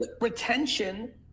Retention